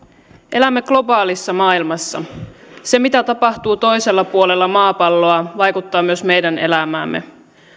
elämme globaalissa maailmassa se mitä tapahtuu toisella puolella maapalloa vaikuttaa myös meidän elämäämme